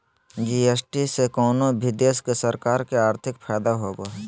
GST से कउनो भी देश के सरकार के आर्थिक फायदा होबो हय